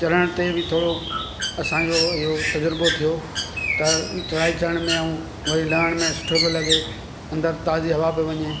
चढ़नि ते बि थोरो असांजो इहो तज़ुर्बो थियो त चढ़ाई चढ़ण में वरी लहण में वरी सुठो पियो लॻे अंदरि ताज़ी हवा पई वञे